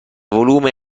volume